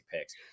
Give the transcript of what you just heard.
picks